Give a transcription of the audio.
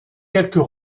quelques